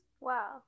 wow